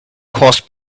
cause